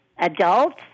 adults